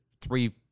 three